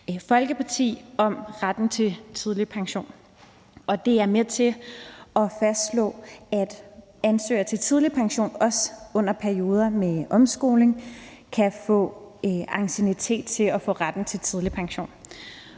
Folkeparti, om retten til tidlig pension. Det er med til at fastslå, at ansøgere til tidlig pension også under perioder med omskoling kan få anciennitet og få ret til tidlig pension.